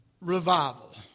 Revival